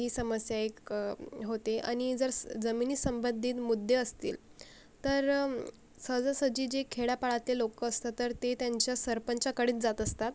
ही समस्या एक होते आणि जर स् जमिनीसंबंधित मुद्दे असतील तर सहजासहजी जे खेड्यापाड्यातले लोकं असतात तर ते त्यांच्या सरपंचाकडेच जात असतात